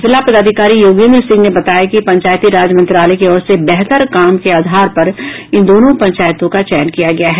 जिला पदाधिकारी योगेंद्र सिंह ने बताया कि पंचायती राज मंत्रालय की ओर से बेहतर काम के आधार पर इन दोनों पंचायतों का चयन किया गया है